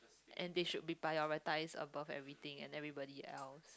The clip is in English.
and they should be prioritised above everything and everybody else